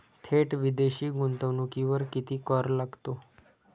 थेट विदेशी गुंतवणुकीवर किती कर लागतो?